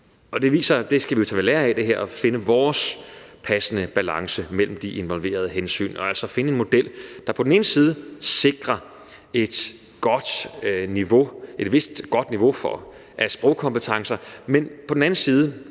Det skal vi tage ved lære af og finde en passende balance mellem de involverede hensyn og altså finde en model, der på den ene side sikrer et godt niveau af sprogkompetencer, og som på den anden side